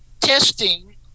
testing